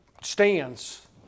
stands